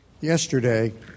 yesterday